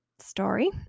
story